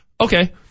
Okay